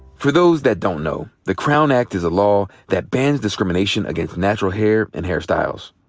for those that don't know, the crown act is a law that bans discrimination against natural hair and hair styles.